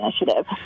initiative